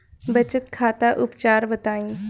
बचाव खातिर उपचार बताई?